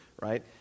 right